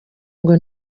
ngo